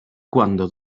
cuando